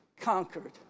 conquered